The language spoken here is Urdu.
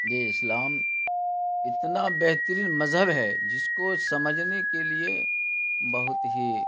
جی اسلام اتنا بہترین مذہب ہے جس کو سمجھنے کے لیے بہت ہی